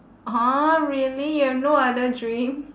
orh really you have no other dream